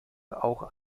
auch